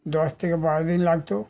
দশ থেকে বারো দিন লাগত